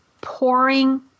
pouring